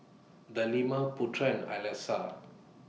Delima Putra and Alyssa